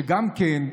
וגם כן,